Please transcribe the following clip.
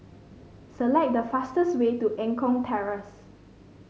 select the fastest way to Eng Kong Terrace